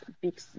big